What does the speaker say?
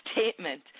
statement